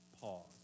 pause